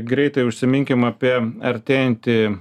greitai užsiminkim apie artėjantį